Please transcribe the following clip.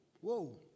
Whoa